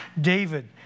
David